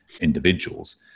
individuals